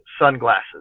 sunglasses